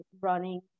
running